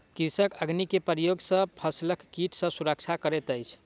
कृषक अग्नि के प्रयोग सॅ फसिलक कीट सॅ सुरक्षा करैत अछि